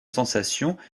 sensations